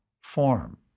form